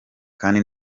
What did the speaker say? kandi